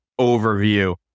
overview